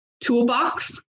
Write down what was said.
toolbox